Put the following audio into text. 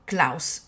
Klaus